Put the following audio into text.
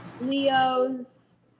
Leo's